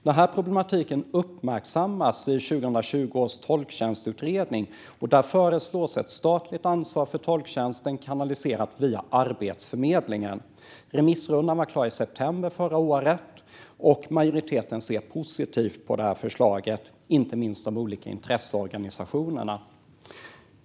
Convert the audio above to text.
Denna problematik uppmärksammades i betänkandet från 2020 års tolktjänstutredning, där ett statligt ansvar föreslås för tolktjänsten kanaliserat via Arbetsförmedlingen. Remissrundan var klar i september förra året, och en majoritet ser positivt på förslaget, inte minst de olika intresseorganisationerna.